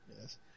Yes